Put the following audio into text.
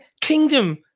Kingdom